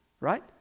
right